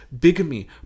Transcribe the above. bigamy